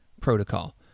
protocol